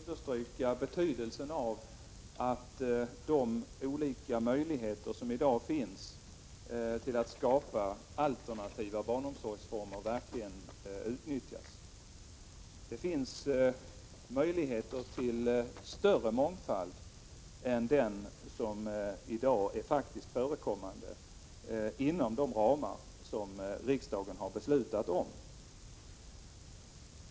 Herr talman! Får jag först understryka betydelsen av att de olika möjligheter som i dag finns till att skapa alternativa barnomsorgsformer verkligen utnyttjas. Det finns möjligheter till större mångfald, inom de ramar som riksdagen har fattat beslut om,